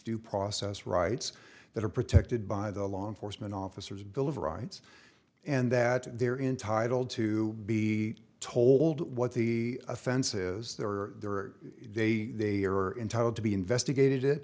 due process rights that are protected by the law enforcement officers bill of rights and that their intitled to be told what the offenses there are there are they are entitled to be investigated it